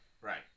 Right